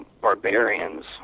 barbarians